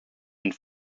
and